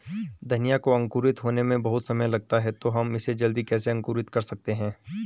धनिया को अंकुरित होने में बहुत समय लगता है तो हम इसे जल्दी कैसे अंकुरित कर सकते हैं?